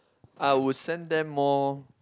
I would send them more